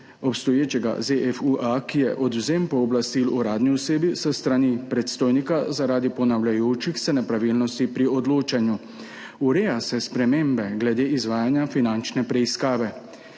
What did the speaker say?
obstoječega ZFU-A, in sicer odvzem pooblastil uradni osebi s strani predstojnika zaradi ponavljajočih se nepravilnosti pri odločanju. Ureja se spremembe glede izvajanja finančne preiskave,